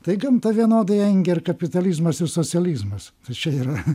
tai gamtą vienodai engė ir kapitalizmas ir socializmas tai čia yra